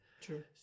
True